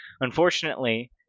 Unfortunately